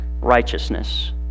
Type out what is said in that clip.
righteousness